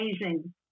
amazing